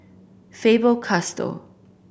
Faber Castell